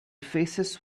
faces